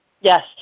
Yes